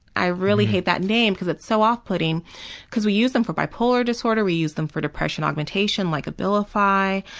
i really hate that name because it's so off-putting because we use them for bipolar disorder, we use them for depression augmentation like abilify,